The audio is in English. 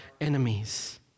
enemies